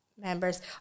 members